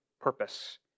purpose